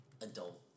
adult